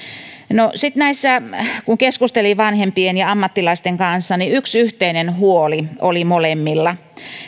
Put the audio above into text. kun keskustelin vanhempien ja ammattilaisten kanssa niin yksi yhteinen huoli oli molemmilla